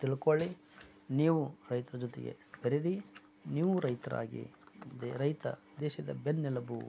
ತಿಳ್ಕೊಳ್ಳಿ ನೀವು ರೈತರ ಜೊತೆಗೆ ಬೆರೀರಿ ನೀವೂ ರೈತರಾಗಿ ದೇ ರೈತ ದೇಶದ ಬೆನ್ನೆಲುಬು